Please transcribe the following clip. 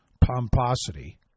pomposity